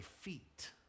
feet